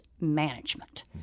management